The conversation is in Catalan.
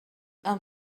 amb